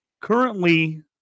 Currently